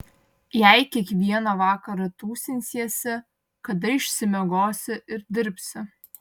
jei kiekvieną vakarą tūsinsiesi kada išsimiegosi ir dirbsi